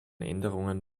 änderungen